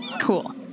Cool